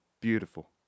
beautiful